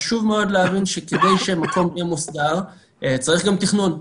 חשוב מאוד להבין שכדי שמקום יהיה מוסדר צריך גם תכנון.